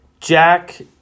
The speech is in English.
Jack